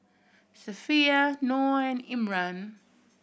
Safiya Noah and Imran